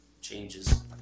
changes